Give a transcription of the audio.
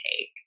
take